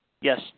Yes